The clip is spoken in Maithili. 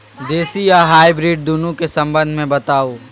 देसी आ हाइब्रिड दुनू के संबंध मे बताऊ?